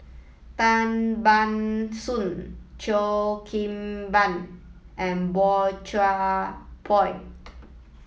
Tan Ban Soon Cheo Kim Ban and Boey Chuan Poh